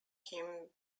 him